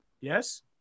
Yes